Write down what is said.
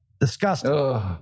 Disgusting